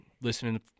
listening